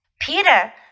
Peter